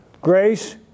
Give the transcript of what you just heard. Grace